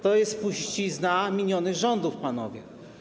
To jest spuścizna minionych rządów, panowie.